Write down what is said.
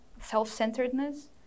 self-centeredness